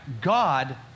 God